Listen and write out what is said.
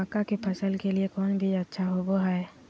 मक्का के फसल के लिए कौन बीज अच्छा होबो हाय?